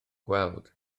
gweld